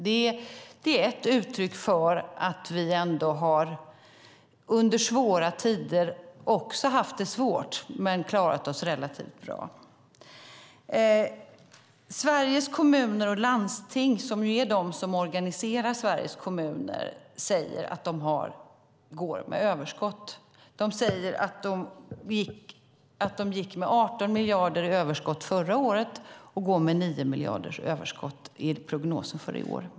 Det är ett uttryck för att vi har klarat oss relativt bra under svåra tider, trots att vi också haft det svårt. Sveriges Kommuner och Landsting, som organiserar Sveriges kommuner, säger att de går med överskott. De säger att de gick med 18 miljarder i överskott förra året och med 9 miljarder enligt prognosen för i år.